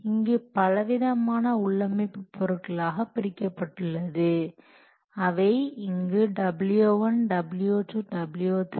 இது பலவிதமான உள்ளமைப்பு பொருட்களாக பிரிக்கப்பட்டுள்ளது அவை இங்கு w1 w2 w3